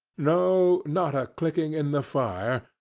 no, not a clicking in the fire,